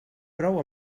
prou